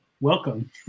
welcome